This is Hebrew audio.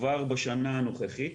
כבר בשנה הנוכחית,